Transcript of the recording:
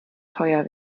teuer